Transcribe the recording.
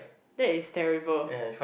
that is terrible